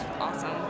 awesome